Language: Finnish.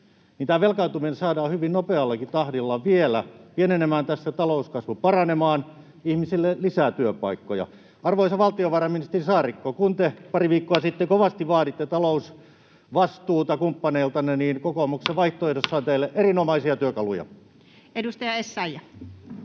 niin tämä velkaantuminen saadaan hyvin nopeallakin tahdilla vielä pienenemään tästä, talouskasvu paranemaan, ihmisille lisää työpaikkoja. Arvoisa valtiovarainministeri Saarikko, kun te pari viikkoa sitten kovasti vaaditte talousvastuuta kumppaneiltanne, niin kokoomuksen vaihtoehdossa on teille erinomaisia työkaluja. [Speech 30]